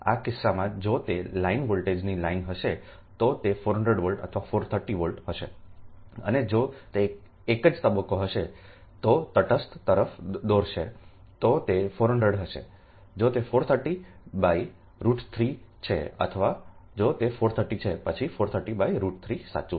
આ કિસ્સામાં જો તે લાઇન વોલ્ટેજથી લાઇન હશે તો તે 400 V અથવા 430 V હશે અને જો તે એક જ તબક્કો છે તો તટસ્થ તરફ દોરશે તો તે 400 હશે જો તે430 √3 છેઅથવા જો તે 430 છે પછી430 √3 સાચું હશે